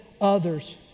others